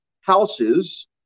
houses